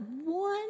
one